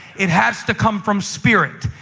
it has to come from spirit.